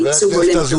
ייצוג הולם,